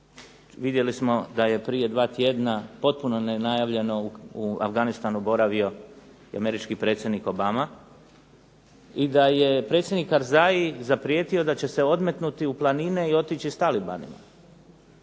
Vidjeli smo da je prije dva tjedna potpuno nenajavljeno u Afganistanu boravio i američki predsjednik Obama i da je predsjednik Karzai zaprijetio da će se odmetnuti u planine i otići sa talibanima.